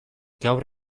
gaur